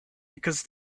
because